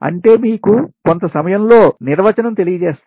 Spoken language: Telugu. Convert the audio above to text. అంటే మీకు కొంత సమయములో నిర్వచనం తెలియజేస్తా